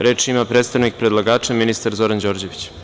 Reč ima, predstavnik predlagača, ministar Đorđević.